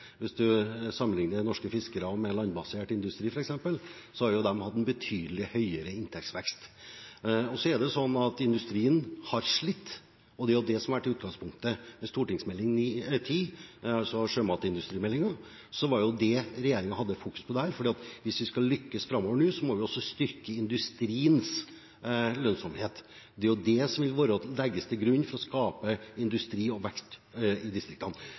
med landbasert industri f.eks., har de hatt en betydelig høyere inntektsvekst. Så er det sånn at industrien har slitt. Det er det som har vært utgangspunktet for Meld. St. 10 for 2015–2016, sjømatindustrimeldingen. Det var det regjeringen hadde fokus på der, for hvis vi skal lykkes framover nå, må vi også styrke industriens lønnsomhet. Det er det som må legges til grunn for å skape industri og vekst i distriktene.